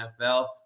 nfl